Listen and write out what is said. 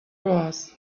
was